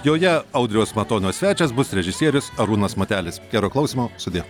joje audriaus matonio svečias bus režisierius arūnas matelis gero klausymo sudie